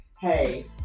hey